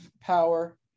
power